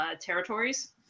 territories